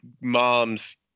mom's